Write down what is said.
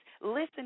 listen